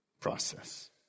process